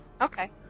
Okay